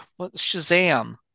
Shazam